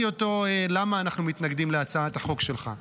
אותו למה אנחנו מתנגדים להצעת החוק שלך.